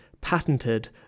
patented